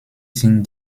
sind